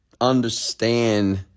understand